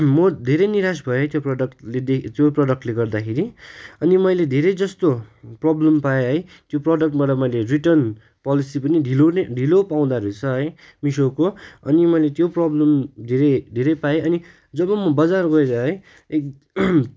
म धेरै निराश भए त्यो प्रडक्टले त्यो प्रडक्टले गर्दाखेरि अनि मैले धेरै जस्तो प्रब्लम पाएँ है त्यो प्रडक्टबाट मैले रिटर्न पलेसी पनि ढिलो नै ढिलो पाउँदो रहेछ है मिसोको अनि मैले त्यो प्रब्लम धेरै धेरै पाएँ अनि जब म बजार गएँ है